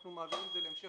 אנו מעבירים את זה להמשך